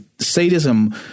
sadism